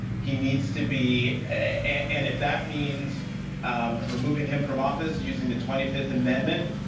he needs to be and if that means removing him from office using the twenty fifth amendment,